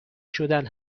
شدن